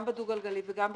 גם בדו גלגלי וגם בכלל,